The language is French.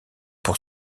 pour